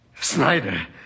Snyder